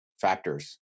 factors